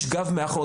יש גב מאחוריך".